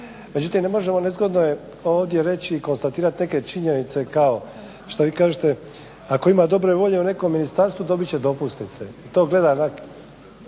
Međutim, ne možemo, nezgodno je ovdje reći i konstatirati neke činjenice kao što vi kažete ako ima dobre volje u nekom ministarstvu dobit će dopusnice. …/Govornik